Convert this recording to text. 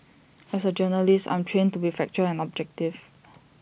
as A journalist I'm trained to be factual and objective